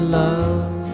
love